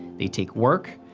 they take work,